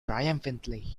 triumphantly